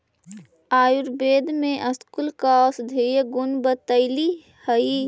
आयुर्वेद में स्कूल का औषधीय गुण बतईले हई